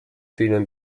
dienen